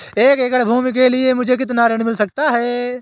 एक एकड़ भूमि के लिए मुझे कितना ऋण मिल सकता है?